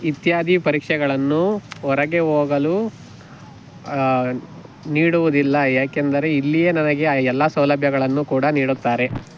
ಇತ್ಯಾದಿ ಪರೀಕ್ಷೆಗಳನ್ನು ಹೊರಗೆ ಹೋಗಲು ನೀಡುವುದಿಲ್ಲ ಯಾಕಂದರೆ ಇಲ್ಲಿಯೇ ನನಗೆ ಎಲ್ಲ ಸೌಲಭ್ಯಗಳನ್ನು ಕೂಡ ನೀಡುತ್ತಾರೆ